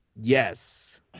Yes